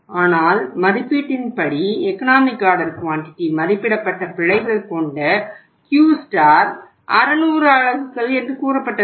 ஆனால் மதிப்பீட்டின்படி economic order quantity மதிப்பிடப்பட்ட பிழைகள் கொண்ட Q 600 அலகுகள் என்று கூறப்பட்டது